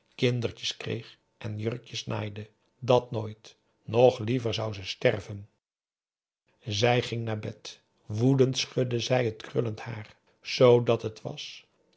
kindertjes kreeg en jurkjes naaide dat nooit nog liever zou ze sterven zij ging naar bed woedend schudde zij het krullend haar zoodat het was